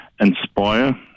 inspire